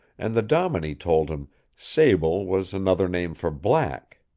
and the dominie told him sable was another name for black.